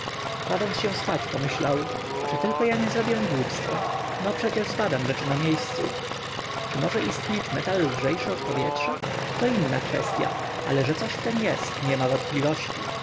kładąc się spać pomyślał czy tylko ja nie zrobię głupstwa no przecież zbadam rzeczy na miejscu czy może istnieć metal lżejszy od powietrza to inna kwestya ale że coś w tem jest niema wątpliwości